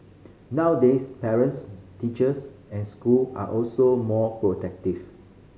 nowadays parents teachers and school are also more protective